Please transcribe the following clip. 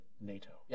NATO